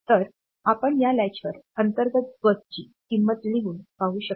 तर आपण या लॅचवर अंतर्गत बसची किंमत लिहून पाहू शकता